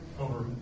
over